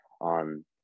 on